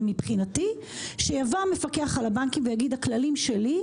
ומבחינתי שיבוא המפקח על הבנקים ויגיד: הכללים שלי,